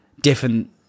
different